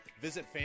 visit